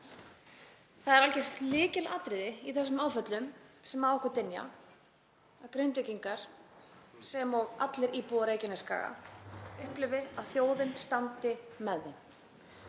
Það er algjört lykilatriði í þessum áföllum sem á okkur dynja að Grindvíkingar sem og allir íbúar Reykjanesskaga upplifi að þjóðin standi með þeim.